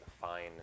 fine